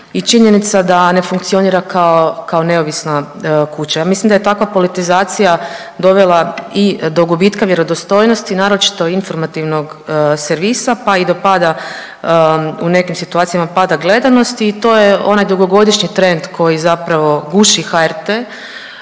i činjenica da ne funkcionira kao neovisna kuća. Ja mislim da je takva politizacija dovela i do gubitka vjerodostojnosti, naročito informativnog servisa, pa i do pada u nekim situacijama, pada gledanosti i to je onaj dugogodišnji trend koji zapravo guši HRT